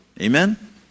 amen